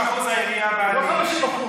הבעלים של התאגידים?